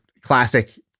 classic